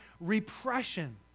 repression